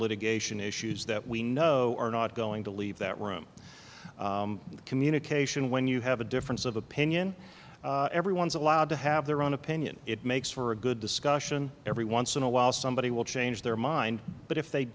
litigation issues that we know are not going to leave that room the communication when you have a difference of opinion everyone is allowed to have their own opinion it makes for a good discussion every once in a while somebody will change their mind but if they